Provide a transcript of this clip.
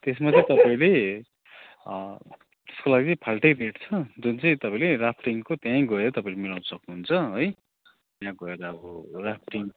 त्यसमा चाहिँ तपाईँले त्यसको लागि चाहिँ फाल्टै रेट छ जुनचाहिँ तपाईँले राफ्टिङको त्यहीँ गएर तपाईँले मिलाउनु सक्नुहुन्छ है त्यहाँ गएर अब राफ्टिङ